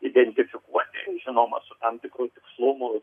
identifikuoti žinoma su tam tikru tikslumu